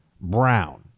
brown